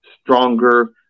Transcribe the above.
stronger